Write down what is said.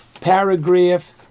paragraph